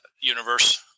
Universe